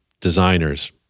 designers